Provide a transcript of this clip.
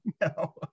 No